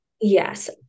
Yes